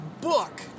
book